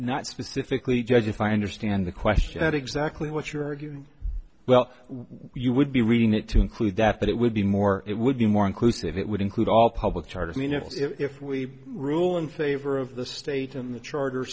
not specifically judge if i understand the question that exactly what you're doing well when you would be reading it to include that but it would be more it would be more inclusive it would include all public charter i mean if we rule in favor of the state in the charter